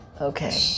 Okay